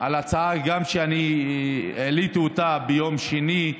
על ההצעה שאני העליתי ביום שני: